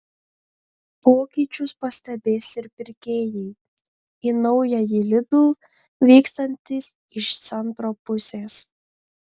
pokyčius pastebės ir pirkėjai į naująjį lidl vykstantys iš centro pusės